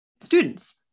students